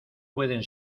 pueden